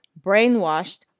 brainwashed